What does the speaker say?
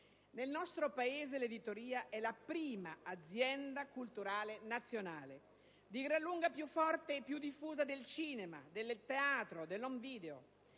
Nel nostro Paese l'editoria è la prima azienda culturale nazionale, di gran lunga più forte e più diffusa del cinema, del teatro, dell'*home video*.